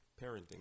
parenting